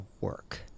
work